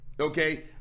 Okay